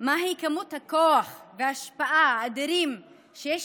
מהי כמות הכוח וההשפעה האדירים שיש